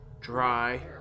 Dry